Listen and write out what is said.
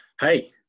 hey